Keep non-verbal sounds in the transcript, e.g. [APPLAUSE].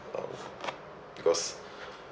oh because [BREATH]